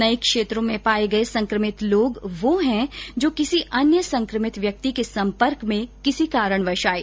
नये क्षेत्रों में पाए गए संक्रमित लोग वो है जो किसी अन्य संक्रमित व्यक्ति के संपर्क में किसी कारणवश आये